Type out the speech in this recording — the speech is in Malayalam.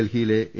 ഡൽഹിയിലെ എ